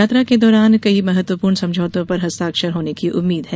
यात्रा के दौरान कई महत्वपूर्ण समझौतों पर हस्ताक्षर होने की उम्मीद है